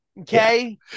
okay